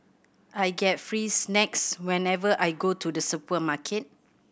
I get free snacks whenever I go to the supermarket